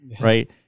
right